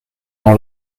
dans